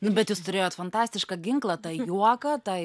nu bet jūs turėjot fantastišką ginklą tą juoką tą